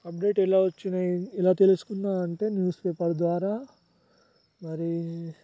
update ఎలా వచ్చినై ఎలా తెలుసుకున్నా అంటే న్యూస్ పేపర్ ద్వారా మరి